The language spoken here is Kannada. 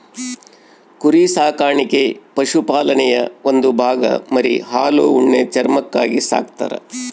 ಕುರಿ ಸಾಕಾಣಿಕೆ ಪಶುಪಾಲನೆಯ ಒಂದು ಭಾಗ ಮರಿ ಹಾಲು ಉಣ್ಣೆ ಚರ್ಮಕ್ಕಾಗಿ ಸಾಕ್ತರ